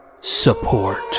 support